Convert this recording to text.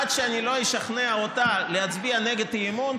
עד שלא אשכנע אותה להצביע נגד האי-אמון,